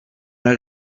der